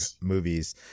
movies